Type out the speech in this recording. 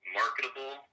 marketable